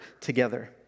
together